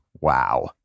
Wow